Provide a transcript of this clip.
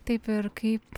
taip ir kaip